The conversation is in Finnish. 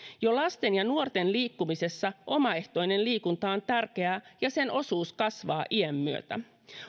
jo lasten ja nuorten liikkumisessa omaehtoinen liikunta on tärkeää ja sen osuus kasvaa iän myötä